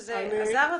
שזה עזר לתושבים.